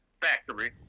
factory